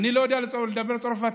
אני לא יודע לדבר צרפתית,